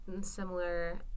similar